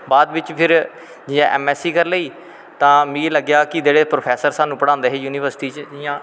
बाद बिच्च फिर जाईयै ऐम ऐस सी कर लेई तां फिर मिगी लग्गेआ जेह्ॅड़े प्रौफैसर साह्नू पढ़ादें हे युनिवर्सिटी च इयां